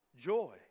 Joy